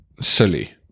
silly